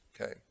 Okay